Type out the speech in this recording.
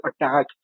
attack